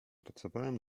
pracowałem